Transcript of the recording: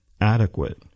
adequate